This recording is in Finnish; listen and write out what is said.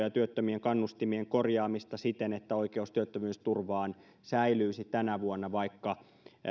ja työttömien kannustimien korjaamista siten että oikeus työttömyysturvaan säilyisi tänä vuonna vaikka